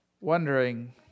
wondering